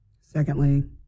Secondly